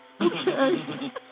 Okay